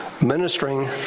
ministering